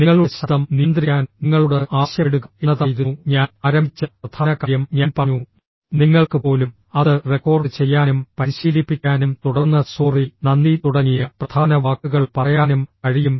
നിങ്ങളുടെ ശബ്ദം നിയന്ത്രിക്കാൻ നിങ്ങളോട് ആവശ്യപ്പെടുക എന്നതായിരുന്നു ഞാൻ ആരംഭിച്ച പ്രധാന കാര്യം ഞാൻ പറഞ്ഞു നിങ്ങൾക്ക് പോലും അത് റെക്കോർഡ് ചെയ്യാനും പരിശീലിപ്പിക്കാനും തുടർന്ന് സോറി നന്ദി തുടങ്ങിയ പ്രധാന വാക്കുകൾ പറയാനും കഴിയും